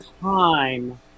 time